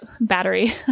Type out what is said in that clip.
battery